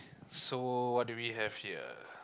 so what do we have here